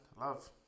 love